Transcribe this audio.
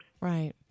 Right